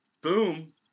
Boom